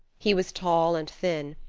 he was tall and thin,